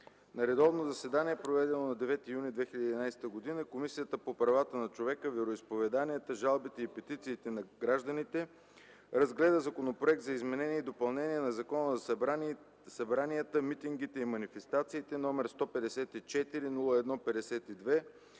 На редовно заседание, проведено на 9 юни 2011 г., Комисията по правата на човека, вероизповеданията, жалбите и петициите на гражданите разгледа Законопроект за изменение и допълнение на Закона за събранията, митингите и манифестациите, № 154-01-52,